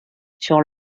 sur